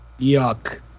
Yuck